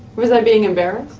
was i being embarrassed?